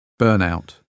burnout